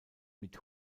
mit